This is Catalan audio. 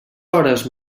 hores